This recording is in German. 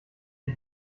die